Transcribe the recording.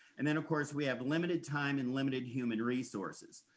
and then of course, we have limited time and limited human resources.